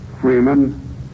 Freeman